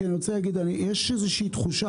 כי יש איזושהי תחושה,